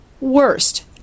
Worst